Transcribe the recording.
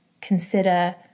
consider